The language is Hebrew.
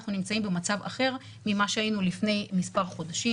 אנחנו נמצאים במצב אחר ממה שהיינו לפני מספר חודשים.